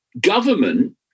government